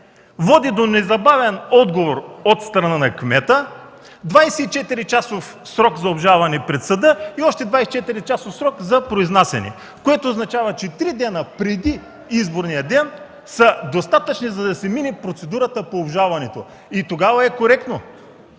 води до незабавен отговор от страна на кмета, 24-часов срок за обжалване пред съда и още 24-часов срок за произнасяне, което означава, че три дни преди изборния ден са достатъчни, за да се мине процедурата по обжалването. И тогава е коректно.